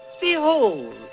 Behold